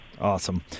Awesome